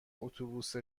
اتوبوس